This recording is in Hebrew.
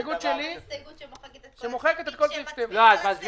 לפני שאתה מצביע על הסעיף?